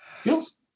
Feels